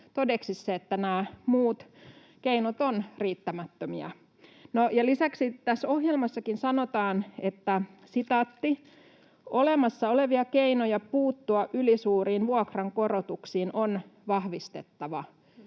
todeksi se, että nämä muut keinot ovat riittämättömiä. Lisäksi tässä ohjelmassakin sanotaan, että ”olemassa olevia keinoja puuttua ylisuuriin vuokrankorotuksiin on vahvistettava”.